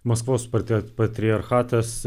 maskvos parti patriarchatas